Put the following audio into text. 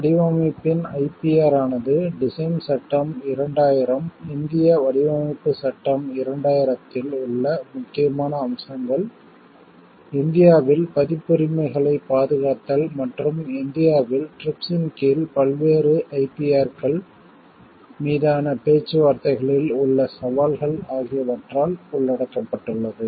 வடிவமைப்பின் IPR ஆனது design சட்டம் 2000 இந்திய வடிவமைப்புச் சட்டம் 2000 இல் உள்ள முக்கியமான அம்சங்கள் இந்தியாவில் பதிப்புரிமைகளைப் காப்பிரைட்ஸ் பாதுகாத்தல் மற்றும் இந்தியாவில் TRIPS இன் கீழ் பல்வேறு IPR கள் மீதான பேச்சுவார்த்தைகளில் உள்ள சவால்கள் ஆகியவற்றால் உள்ளடக்கப்பட்டுள்ளது